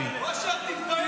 --- ואמרת שלא ירו שום טיל.